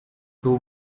too